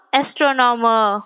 astronomer